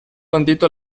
bandito